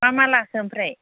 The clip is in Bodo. मा मा लाखो ओमफ्राय